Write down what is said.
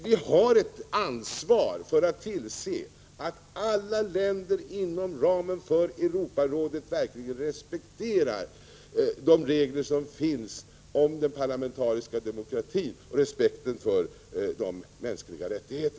Vi har ett ansvar att tillse att alla länder TN HONG och inom ramen för Europarådet verkligen respekterar de regler som finns om juveckling 8 den parlamentariska demokratin och respekten för de mänskliga rättighe